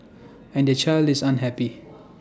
and their child is unhappy